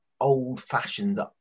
old-fashioned